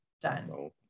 Done